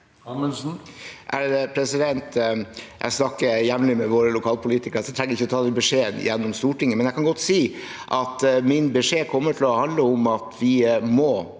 Jeg snakker jevnlig med våre lokalpolitikere, så jeg trenger ikke ta beskjeden gjennom Stortinget. Men jeg kan godt si at min beskjed kommer til å